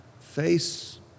face